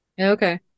Okay